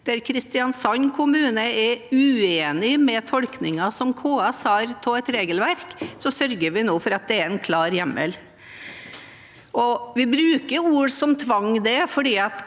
Der Kristiansand kommune er uenig med tolkningen som KS har av et regelverk, sørger vi nå for at det er en klar hjemmel. Vi bruker ord som «tvang» fordi